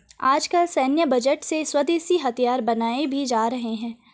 आजकल सैन्य बजट से स्वदेशी हथियार बनाये भी जा रहे हैं